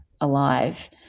alive